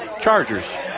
Chargers